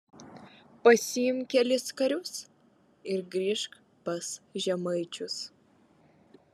pasiimk kelis karius ir grįžk pas žemaičius